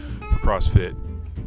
CrossFit